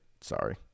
Sorry